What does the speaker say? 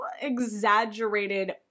exaggerated